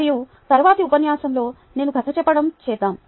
మరియు తరువాతి ఉపన్యాసంలో నేను కథ చెప్పడం చేద్దాం